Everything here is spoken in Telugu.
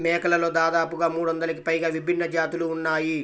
మేకలలో దాదాపుగా మూడొందలకి పైగా విభిన్న జాతులు ఉన్నాయి